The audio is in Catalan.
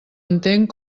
entenc